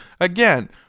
Again